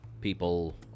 people